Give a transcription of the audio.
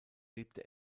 lebte